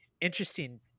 interesting